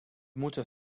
moeten